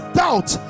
doubt